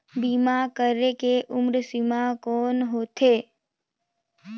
बीमा करे के उम्र सीमा कौन होथे?